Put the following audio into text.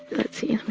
let's see. let me